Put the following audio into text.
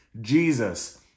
Jesus